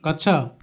ଗଛ